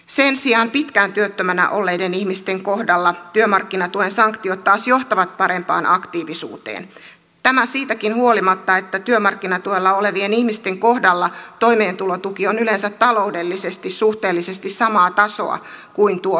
sen sijaan pitkään työttömänä olleiden ihmisten kohdalla työmarkkinatuen sanktiot taas johtavat parempaan aktiivisuuteen tämä siitäkin huolimatta että työmarkkinatuella olevien ihmisten kohdalla toimeentulotuki on yleensä taloudellisesti suhteellisesti samaa tasoa kuin tuo työmarkkinatuki